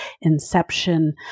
inception